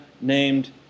named